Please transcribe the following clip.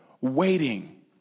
waiting